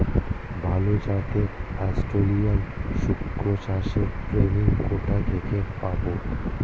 ভালো জাতে অস্ট্রেলিয়ান শুকর চাষের ট্রেনিং কোথা থেকে পাব?